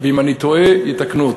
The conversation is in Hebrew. ואם אני טועה יתקנו אותי.